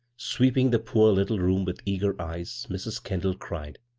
sweeping the poor little room with eager eyes, mrs. kendall cried